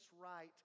right